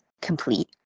complete